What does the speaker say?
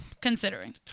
considering